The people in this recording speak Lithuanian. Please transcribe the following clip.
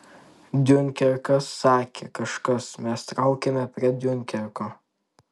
diunkerkas sakė kažkas mes traukiame prie diunkerko